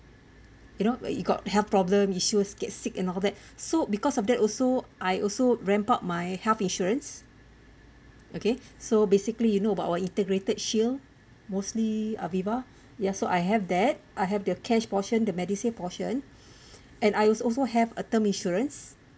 you know like you got health problem issues get sick and all that so because of that also I also ramp up my health insurance okay so basically you know about integrated shield mostly Aviva ya so I have that I have their cash portion the MediSave portion and I also have a term insurance